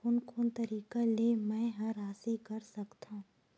कोन कोन तरीका ले मै ह राशि कर सकथव?